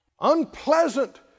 unpleasant